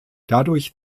dadurch